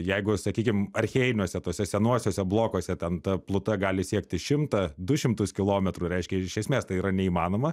jeigu sakykim archėjiniuose tuose senuosiuose blokuose ten ta pluta gali siekti šimtą du šimtus kilometrų reiškia iš esmės tai yra neįmanoma